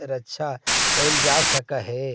रक्षा करल जा सकलई हे